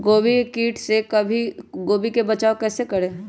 गोभी के किट से गोभी का कैसे बचाव करें?